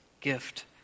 gift